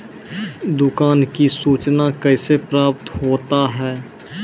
तुफान की सुचना कैसे प्राप्त होता हैं?